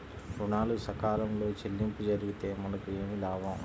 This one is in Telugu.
ఋణాలు సకాలంలో చెల్లింపు జరిగితే మనకు ఏమి లాభం?